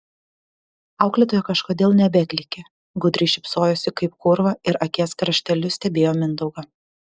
auklėtoja kažkodėl nebeklykė gudriai šypsojosi kaip kūrva ir akies krašteliu stebėjo mindaugą